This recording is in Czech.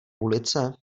ulice